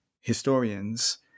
historians